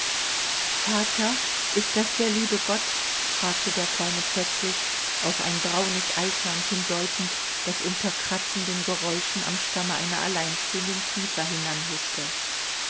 vater ist das der liebe gott fragte der kleine plötzlich auf ein braunes eichhörnchen deutend das unter kratzenden geräuschen am stamme einer alleinstehenden kiefer